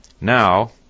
now